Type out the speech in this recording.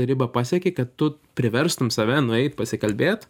ribą pasieki kad tu priverstum save nueit pasikalbėt